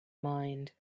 mind